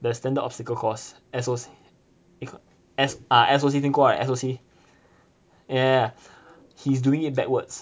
the standard obstacle course S_O_C ah S_O_C 听过 right S_O_C ya ya ya he is doing it backwards